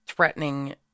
Threatening